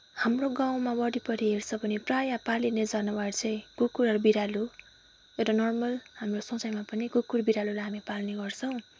हाम्रो गाउँमा वरिपरि हेर्यौँ भने प्रायः पालिने जनावर चाहिँ कुकुर अरू बिरालो एउटा नर्मल हाम्रो सोचाइमा पनि कुकुर बिरालोलाई हामी पाल्ने गर्छौँ